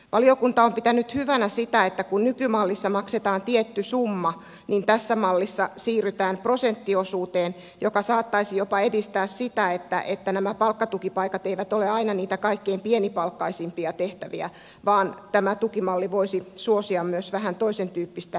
valiokunta on pitänyt hyvänä sitä että kun nykymallissa maksetaan tietty summa niin tässä mallissa siirrytään prosenttiosuuteen joka saattaisi jopa edistää sitä että nämä palkkatukipaikat eivät ole aina niitä kaikkein pienipalkkaisimpia tehtäviä vaan tämä tukimalli voisi suosia myös vähän toisentyyppistä kehitystä